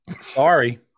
Sorry